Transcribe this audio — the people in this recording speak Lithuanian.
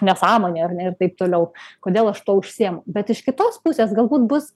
nesąmonė ar ne ir taip toliau kodėl aš tuo užsiimu bet iš kitos pusės galbūt bus